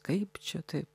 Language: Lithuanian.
kaip čia taip